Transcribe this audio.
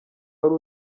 wari